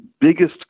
biggest